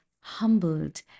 humbled